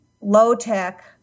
low-tech